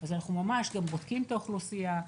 אז אנחנו ממש בודקים את האוכלוסייה,